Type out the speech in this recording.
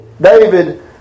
David